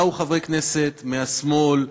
באו חברי כנסת מהשמאל,